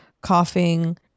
coughing